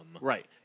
right